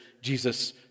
Jesus